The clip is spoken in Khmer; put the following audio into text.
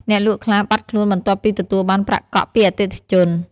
អ្នកលក់ខ្លះបាត់ខ្លួនបន្ទាប់ពីទទួលបានប្រាក់កក់ពីអតិថិជន។